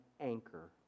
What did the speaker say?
anchor